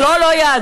זו לא יהדות.